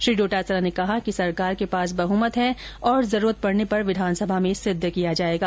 श्री डोटासरा ने कहा कि सरकार के पास बहुमत है और जरूरत पड़ने पर विधानसभा में सिद्ध किया जायेगा